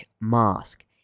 mask